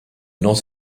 not